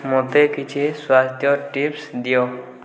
ମୋତେ କିଛି ସ୍ୱାସ୍ଥ୍ୟ ଟିପ୍ସ ଦିଅ